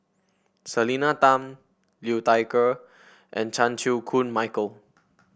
Selena Tan Liu Thai Ker and Chan Chew Koon Michael